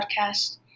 podcast